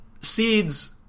seeds